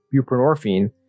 buprenorphine